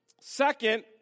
Second